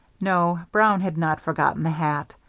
no, brown had not forgotten the hat!